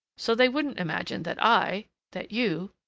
so they wouldn't imagine that i that you